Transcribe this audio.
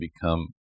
become